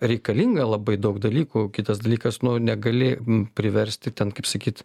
reikalinga labai daug dalykų kitas dalykas nu negali priversti ten kaip sakyt